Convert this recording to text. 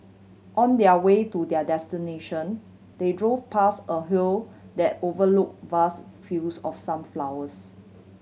on their way to their destination they drove past a hill that overlook vast fields of sunflowers